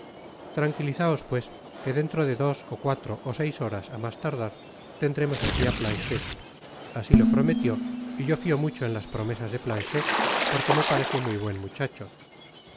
tranquilizaos pues que dentro de dos ó cuatro ó seis horas á mas tardar tendremos aquí á planchet asi lo prometió y yo tío mucho en las promesas de planchet porque me parece muy buen muchacho